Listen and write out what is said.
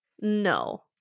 no